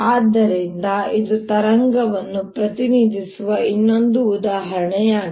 ಆದ್ದರಿಂದ ಇದು ತರಂಗವನ್ನು ಪ್ರತಿನಿಧಿಸುವ ಇನ್ನೊಂದು ವಿಧಾನವಾಗಿದೆ